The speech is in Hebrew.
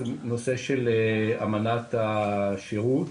זה נושא של אמנת השירות